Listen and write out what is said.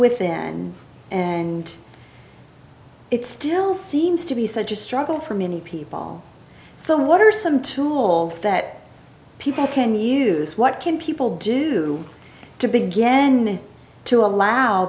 within and it still seems to be such a struggle for many people so what are some tools that people can use what can people do to begin to allow